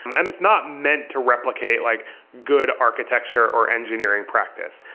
um and it's not meant to replicate like good architecture or engineering practice.